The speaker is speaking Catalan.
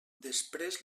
després